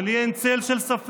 ולי אין צל של ספק